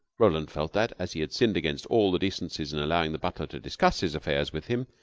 roland felt that, as he had sinned against all the decencies in allowing the butler to discuss his affairs with him,